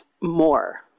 more